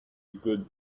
good